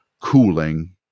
cooling